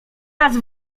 raz